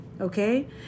okay